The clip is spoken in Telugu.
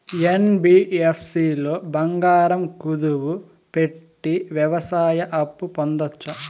యన్.బి.యఫ్.సి లో బంగారం కుదువు పెట్టి వ్యవసాయ అప్పు పొందొచ్చా?